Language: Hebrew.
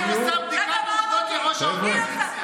היא עושה בדיקת עובדות לראש האופוזיציה.